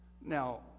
Now